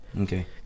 Okay